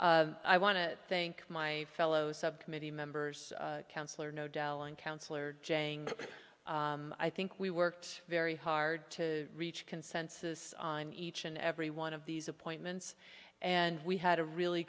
you i want to thank my fellow sub committee members councillor no dalin councillor jang i think we worked very hard to reach consensus on each and every one of these appointments and we had a really